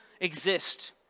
exist